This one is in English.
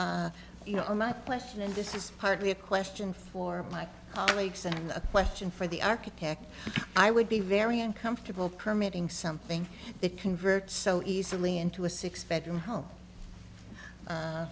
stair you know my place and this is partly a question for my colleagues and a question for the architect i would be very uncomfortable permitting something that converts so easily into a six bedroom home